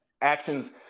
Actions